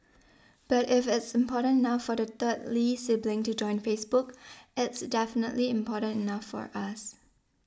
but if it's important enough for the third Lee sibling to join Facebook it's definitely important enough for us